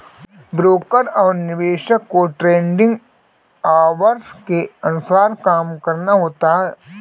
broker और निवेशक को ट्रेडिंग ऑवर के अनुसार काम करना होता है